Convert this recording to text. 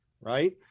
Right